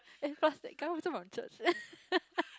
and plus that guy also from church